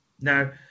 Now